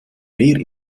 meer